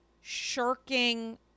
shirking